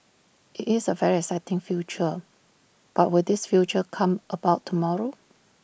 it's A very exciting future but will this future come about tomorrow